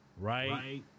right